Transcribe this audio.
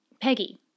Peggy